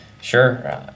Sure